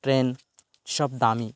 train সব দামি